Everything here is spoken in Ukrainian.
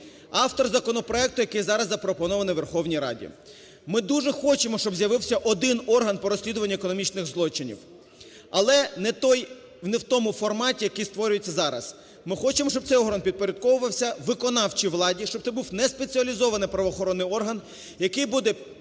автор законопроекту, який зараз запропонований Верховній Раді. Ми дуже хочемо, щоб з'явився один орган по розслідуванню економічних злочинів, але не в тому форматі, який створюється зараз. Ми хочемо, щоб цей орган підпорядковувався виконавчій владі, щоб це був не спеціалізований правоохоронний орган, який буде